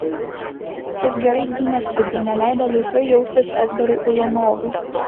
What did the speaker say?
jis gerai gynėsi bei neleido laisvai jaustis edgarui ulanovui